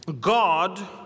God